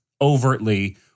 overtly